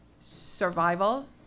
survival